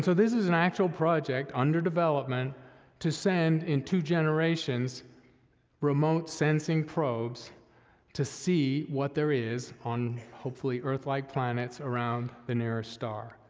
so this is an actual project under development to send in two generations remote sensing probes to see what there is on hopefully earth-like planets around the nearest star,